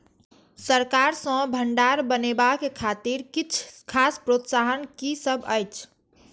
सरकार सँ भण्डार बनेवाक खातिर किछ खास प्रोत्साहन कि सब अइछ?